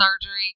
surgery